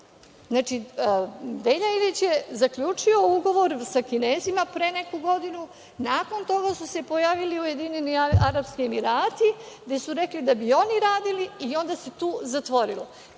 pravi, Velja Ilić je zaključio ugovor sa Kinezima pre neku godinu. Nakon toga su se pojavili Ujedinjeni Arapski Emirati, gde su rekli da bi oni radili i onda se tu zatvorilo.